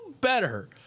better